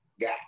got